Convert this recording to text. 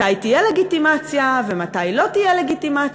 מתי תהיה לגיטימציה ומתי לא תהיה לגיטימציה,